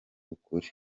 ukuri